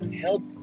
help